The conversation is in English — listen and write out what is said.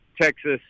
texas